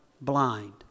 blind